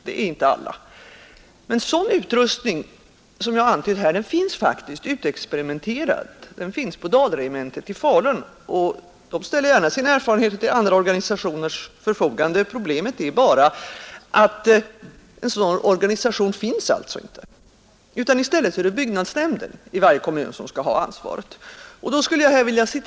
Det är inte alla, men en sådan utrustning som jag här har nämnt finns faktiskt utexperimenterad på Dalregementet i Falun, och erfarenheterna där ställs gärna till olika organisationers förfogande. Problemet är bara, att någon särskild sådan organisation inte finns. I stället skall byggnadsnämnden i varje kommun ha ansvaret.